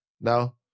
no